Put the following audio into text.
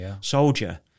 soldier